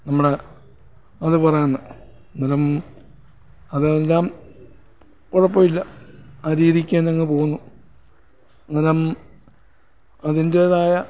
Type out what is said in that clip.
നമ്മുടെ അതു പറയുന്നു അന്നേരം അതെല്ലാം കുഴപ്പമില്ല ആ രീതിയ്ക്ക് തന്നെയങ്ങു പോകുന്നു അന്നേരം അതിൻ്റേതായ